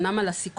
אמנם על הסיכון,